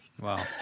wow